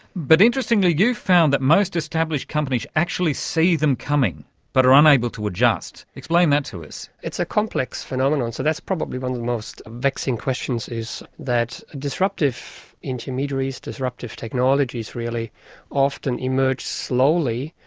but interestingly you've found that most established companies actually see them coming but are unable to adjust. explain that to us. it's a complex phenomenon. so that's probably one of the most vexing questions, is that disruptive intermediaries, disruptive technologies really often emerge slowly,